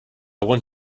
want